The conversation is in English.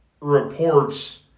reports